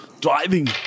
driving